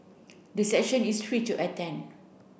the session is free to attend